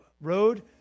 road